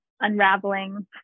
unraveling